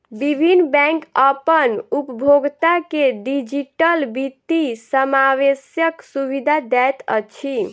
विभिन्न बैंक अपन उपभोगता के डिजिटल वित्तीय समावेशक सुविधा दैत अछि